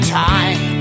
time